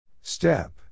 Step